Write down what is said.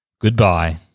goodbye